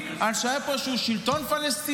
על זה שהיה פה איזשהו שלטון פלסטיני?